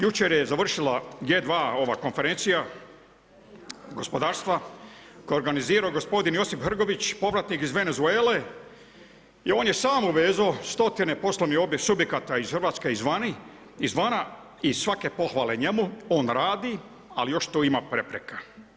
Jučer je završila G2 ova Konferencija gospodarstva koju je organizirao gospodin Josip Hrgović, povratnik iz Venezuele i on je samo vezao stotine poslovnih subjekata iz RH izvana i svake pohvale njemu, on radi, ali još tu ima prepreka.